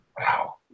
Wow